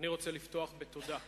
אני רוצה לפתוח בתודה.